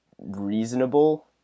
reasonable